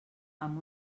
amb